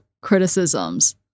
criticisms